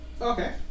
Okay